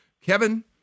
Kevin